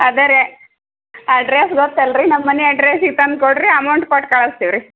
ಅದೇರಿ address ಗೊತ್ತಲ್ಲ ರೀ ನಮ್ಮ ಮನೆ ಅಡ್ರಸಿಗೆ ತಂದು ಕೊಡಿರಿ ಅಮೌಂಟ್ ಕೊಟ್ಟು ಕಳಿಸ್ತೀವ್ರಿ